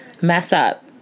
mess-up